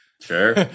Sure